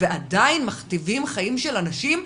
ועדיין מכתיבים חיים של אנשים.